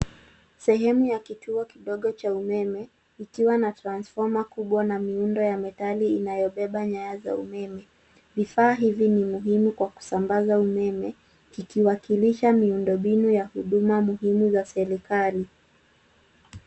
Sehemu ya kituo kidogo cha umeme ikiwa na cs[transformer]cs kubwa na miundo ya metali inayobeba nyaya za umeme. Vifaa hivi ni muhimu kwa kusambaza umeme, kikiwakilisha miundo mbinu ya huduma muhimu za serikali.